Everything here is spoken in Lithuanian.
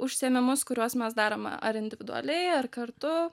užsiėmimus kuriuos mes darom ar individualiai ar kartu